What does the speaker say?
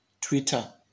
Twitter